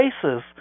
places